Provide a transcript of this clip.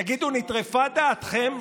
תגידו, נטרפה דעתכם?